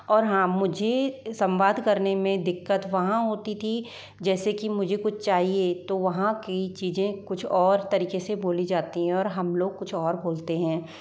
और हाँ मुझे संवाद करने में दिक्कत वहाँ होती थी जैसे कि मुझे कुछ चाहिए तो वहाँ की चीज़ें कुछ और तरीके से बोली जाती हैं और हम लोग कुछ और बोलते हैं